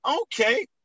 okay